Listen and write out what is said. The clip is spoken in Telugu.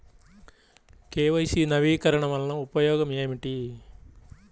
కే.వై.సి నవీకరణ వలన ఉపయోగం ఏమిటీ?